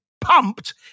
pumped